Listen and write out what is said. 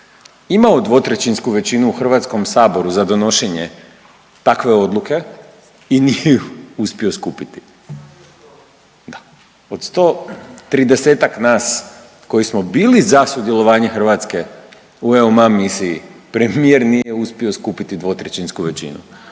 imao dvotrećinsku većinu u Hrvatskom saboru za donošenje takve odluke i nije ju uspio skupiti. Da, od 130-tak nas koji smo bili za sudjelovanje Hrvatske u EUMUM misiji, premijer nije uspio skupiti dvotrećinsku većinu.